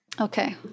Okay